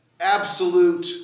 absolute